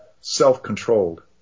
self-controlled